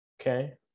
Okay